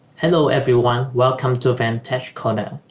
hello everyone, welcome to van tech corner.